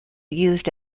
used